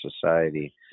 society